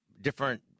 different